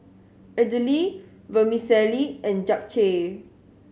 Idili Vermicelli and Japchae